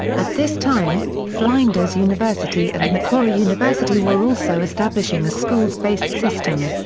at this time, flinders university and macquarie university were also establishing a schools-based system.